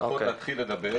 לפחות להתחיל לדבר.